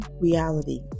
reality